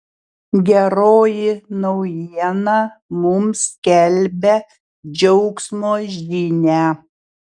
geroji naujiena mums skelbia džiaugsmo žinią